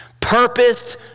Purpose